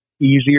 easier